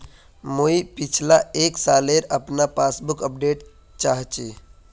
मुई पिछला एक सालेर अपना पासबुक अपडेट चाहची?